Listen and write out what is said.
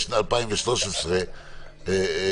מה שנאמר כאן על ידי משרד המשפטים זה שהפיילוט אמור להיות פיילוט,